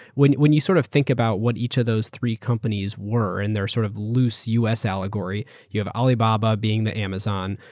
when when you sort of think about what each of those three companies were and their sort of lose us allegory, you have alibaba being the amazon,